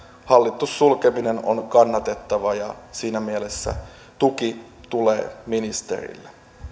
hallittu sulkeminen on kannatettavaa ja siinä mielessä tuki tulee ministerille